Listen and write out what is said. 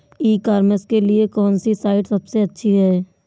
ई commerce के लिए कौनसी साइट सबसे अच्छी है?